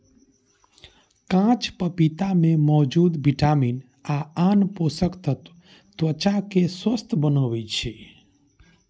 कांच पपीता मे मौजूद विटामिन आ आन पोषक तत्व त्वचा कें स्वस्थ बनबै छै